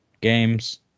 games